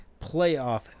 playoff